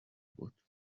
بود